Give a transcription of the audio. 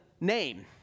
name